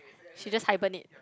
she just hibernate